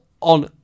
on